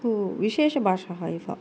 तु विशेषभाषा एव